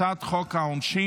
הצעת חוק העונשין